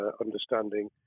understanding